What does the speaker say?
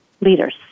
leaders